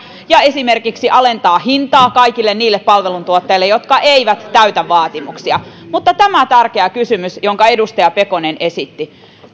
ja voi esimerkiksi alentaa hintaa kaikille niille palveluntuottajille jotka eivät täytä vaatimuksia tämä tärkeä kysymys jonka edustaja pekonen esitti